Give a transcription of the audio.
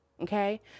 Okay